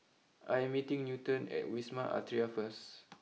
I am meeting Newton at Wisma Atria first